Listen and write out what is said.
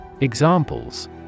Examples